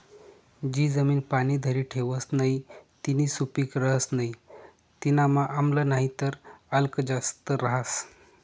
जी जमीन पाणी धरी ठेवस नही तीनी सुपीक रहस नाही तीनामा आम्ल नाहीतर आल्क जास्त रहास